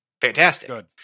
fantastic